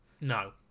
No